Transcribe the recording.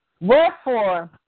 Wherefore